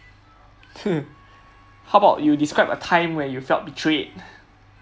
how about you describe a time when you felt betrayed